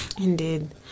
Indeed